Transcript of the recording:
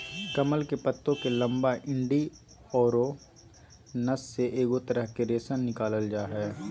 कमल के पत्तो के लंबा डंडि औरो नस से एगो तरह के रेशा निकालल जा हइ